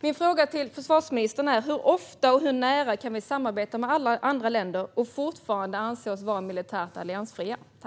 Min fråga till försvarsministern är: Hur ofta och hur nära kan vi samarbeta med andra länder och fortfarande anse oss vara militärt alliansfria?